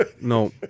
No